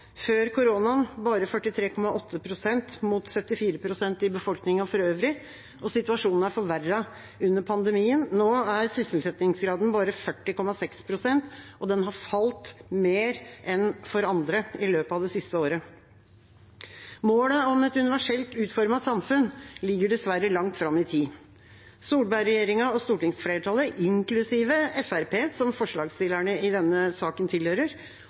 før koronaen bare 43,8 pst., mot 74 pst. i befolkningen for øvrig, og situasjonen er forverret under pandemien. Nå er sysselsettingsgraden bare 40,6 pst., og den har falt mer enn for andre i løpet av det siste året. Målet om et universelt utformet samfunn ligger dessverre langt fram i tid. Solberg-regjeringa og stortingsflertallet, inklusiv Fremskrittspartiet, som forslagsstillerne i denne saken tilhører,